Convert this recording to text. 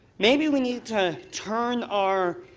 maybe we need to turn our